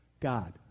God